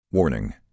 Warning